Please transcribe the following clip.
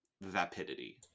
vapidity